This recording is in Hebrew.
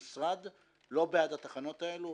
המשרד לא בעד התחנות האלה,